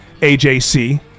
AJC